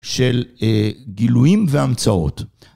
של אה, גילויים והמצאות.